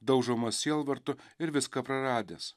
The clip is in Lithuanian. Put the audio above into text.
daužomas sielvarto ir viską praradęs